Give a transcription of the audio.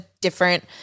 different